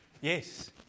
Yes